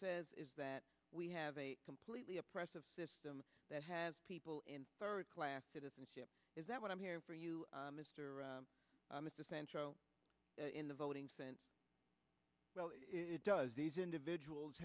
says is that we have a completely oppressive system that has people in third class citizenship is that what i'm here for you mr imus essential in the voting sense well it does these individuals